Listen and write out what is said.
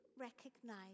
recognize